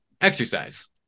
Exercise